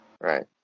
Right